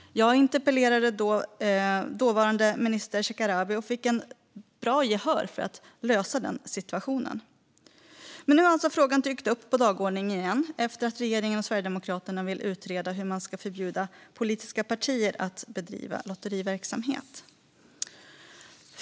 Jag interpellerade då den dåvarande ministern Shekarabi och fick bra gehör för att lösa situationen. Men nu har alltså frågan dykt upp på dagordningen igen efter att regeringen och Sverigedemokraterna sagt att de vill utreda hur man ska förbjuda politiska partier att bedriva lotteriverksamhet.